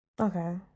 Okay